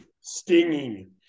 stinging